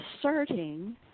asserting